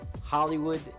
Hollywood